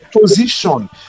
position